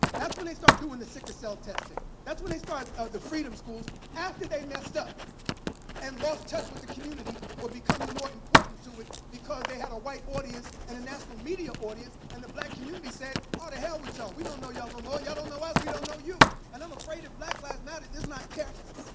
that's when they start doing the sickle cell testing. that's when they start the freedom schools after they messed up and lost touch with the community for becoming more important to it because they had a white audience and a national media audience and the black community said, oh, the hell with y'all. we don't know y'all no more. y'all don't know us. we don't know you. and i'm afraid if black lives matter is not careful,